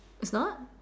is not